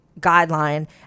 Guideline